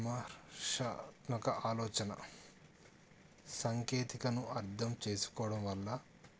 సమహర్షాత్మక ఆలోచన సాంకేతికతను అర్థం చేసుకోవడం వల్ల